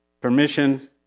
permission